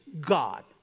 God